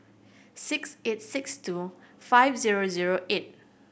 six eight six two five zero zero eight